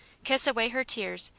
kiss away her tears,